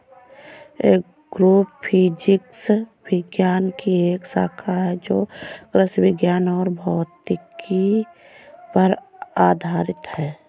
agrophysics विज्ञान की एक शाखा है जो कृषि विज्ञान और भौतिकी पर आधारित है